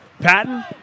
Patton